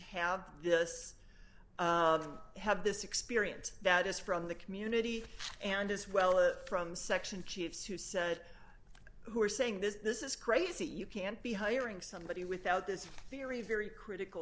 have this have this experience that is from the community and as well or from section chiefs who said who are saying this is crazy you can't be hiring somebody without this theory very critical